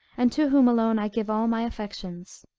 and to whom alone i give all my affections.